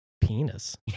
penis